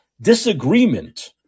Disagreement